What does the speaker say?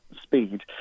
speed